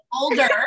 older